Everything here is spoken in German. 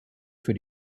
für